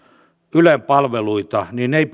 ylen palveluita niin ei